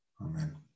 Amen